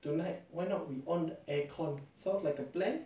one time I actually broke out in rashes because it was so hot and